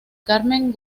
carmen